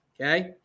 okay